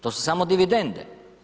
To su samo dividende.